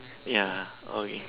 ya okay